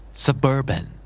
Suburban